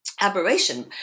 aberration